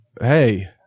hey